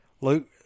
Luke